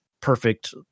perfect